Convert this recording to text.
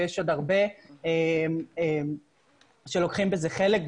ויש עוד הרבה שלוקחים בזה חלק,